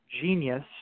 genius